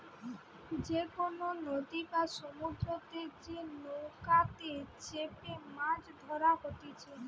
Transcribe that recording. যে কোনো নদী বা সমুদ্রতে যে নৌকাতে চেপেমাছ ধরা হতিছে